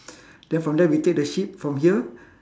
then from there we take the ship from here